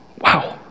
Wow